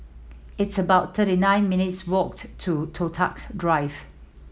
it's about thirty nine minutes' walk to Toh Tuck Drive